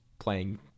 Playing